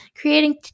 creating